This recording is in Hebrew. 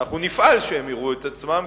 ואנחנו נפעל שהם יראו את עצמם,